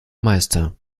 meister